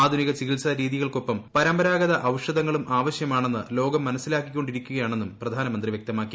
ആധുനിക ചികിത്സാ രീതികൾക്കൊപ്പം പരമ്പരാഗത ഔഷധങ്ങളും ആവശ്യമാണെന്ന് ലോകം മനസ്സിലാക്കി ക്കൊണ്ടിരി ക്കുകയാണെന്നും പ്രധാനമന്ത്രി വൃക്തമാക്കി